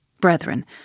brethren